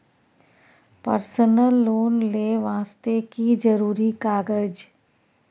Personal loan ले वास्ते की जरुरी कागज?